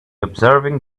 observing